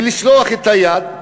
ולשלוח את היד,